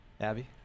Abby